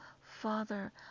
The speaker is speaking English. Father